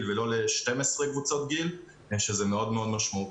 ולא ל-12 קבוצות גיל מפני שזה מאוד משמעותי.